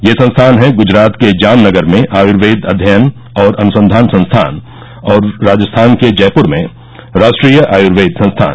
ये संस्थान हैं गुजरात के जामनगर में आयूर्वेद अध्ययन और अनुसंधान संस्थान और राजस्थान के जयपुर में राष्ट्रीय आयूर्वेद संस्थान